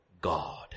God